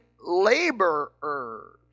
laborers